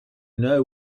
know